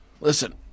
Listen